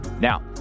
Now